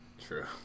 True